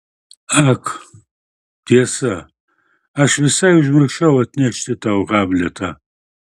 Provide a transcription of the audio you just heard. ak tiesa aš visai užmiršau atnešti tau hamletą